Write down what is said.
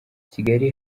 kigali